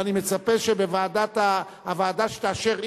ואני מצפה שבוועדה שתאשר,